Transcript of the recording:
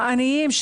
העניים,